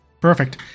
Perfect